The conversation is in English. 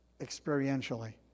experientially